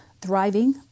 thriving